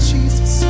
Jesus